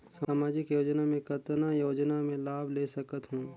समाजिक योजना मे कतना योजना मे लाभ ले सकत हूं?